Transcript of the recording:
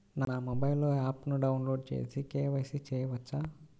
నా మొబైల్లో ఆప్ను డౌన్లోడ్ చేసి కే.వై.సి చేయచ్చా?